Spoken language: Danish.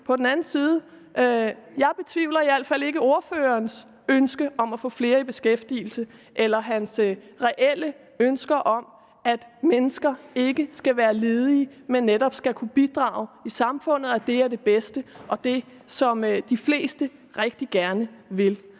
På den anden side betvivler jeg i hvert fald ikke ordførerens reelle ønske om at få flere i beskæftigelse, altså at mennesker ikke skal være ledige, men netop skal kunne bidrage til samfundet, og at han mener, at det er det bedste, og at det er det, de fleste rigtig gerne vil.